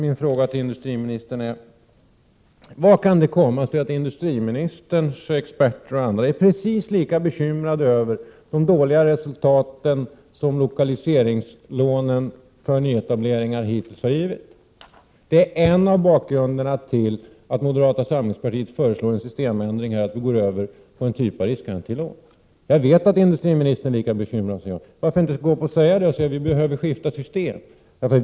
Min fråga till industriministern blir: Hur kan det komma sig att industriministerns experter är lika bekymrade som vi över de dåliga resultat som lokaliseringslånen för nyetableringar hittills har gett? Detta är bakgrunden till att moderata samlingspartiet föreslår en systemändring så att vi går över till en typ riskgarantilån. Jag vet att industriministern är lika bekymrad som jag. Varför kan man då inte gå upp och tala om att vi behöver skifta system?